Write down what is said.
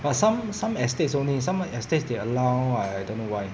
but some some estates only some estates they allow I don't know why